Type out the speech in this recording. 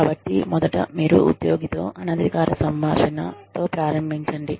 కాబట్టి మొదట మీరు ఉద్యోగితో అనధికారిక సంభాషణ తో ప్రారంభించండి